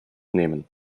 nehmen